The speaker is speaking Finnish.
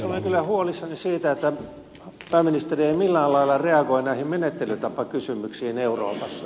olen kyllä huolissani siitä että pääministeri ei millään lailla reagoi näihin menettelytapakysymyksiin euroopassa